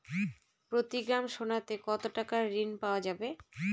প্রতি গ্রাম সোনাতে কত টাকা ঋণ পাওয়া যাবে?